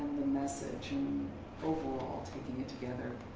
the message and overall taking it together.